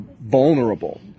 vulnerable